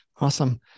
Awesome